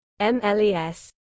MLEs